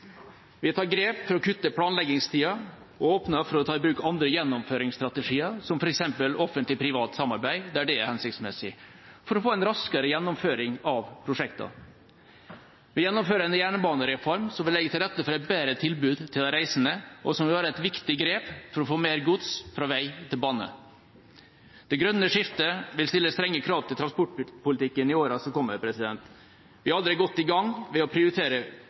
Vi tar grep for å kutte planleggingstida og åpner for å ta i bruk andre gjennomføringsstrategier, som f.eks. offentlig–privat samarbeid der det er hensiktsmessig, for å få en raskere gjennomføring av prosjektene. Vi gjennomfører en jernbanereform som vil legge til rette for et bedre tilbud til de reisende, og som vil være et viktig grep for å få mer gods fra vei til bane. Det grønne skiftet vil stille strenge krav til transportpolitikken i åra som kommer. Vi er allerede godt i gang ved å prioritere